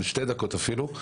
בשתי דקות אפילו,